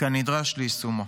כנדרש ליישומו.